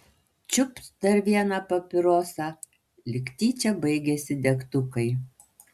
čiupt dar vieną papirosą lyg tyčia baigėsi degtukai